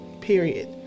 Period